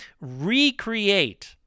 recreate